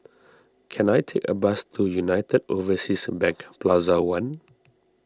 can I take a bus to United Overseas Bank Plaza one